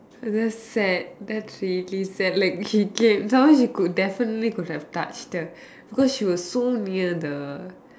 that's sad that's really sad like he came some more you could definitely could have touched her because she was near the